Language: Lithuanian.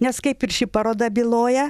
nes kaip ir ši paroda byloja